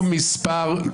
דוגמה מס' 1,